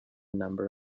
number